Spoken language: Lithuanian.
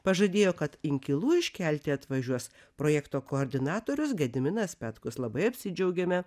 pažadėjo kad inkilų iškelti atvažiuos projekto koordinatorius gediminas petkus labai apsidžiaugėme